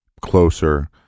closer